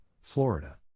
Florida